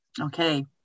Okay